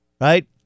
right